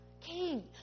king